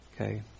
okay